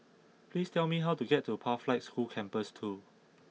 please tell me how to get to Pathlight School Campus two